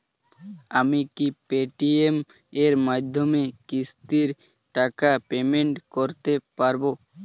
আমি কি Paytm এর মাধ্যমে কিস্তির টাকা পেমেন্ট করতে পারব?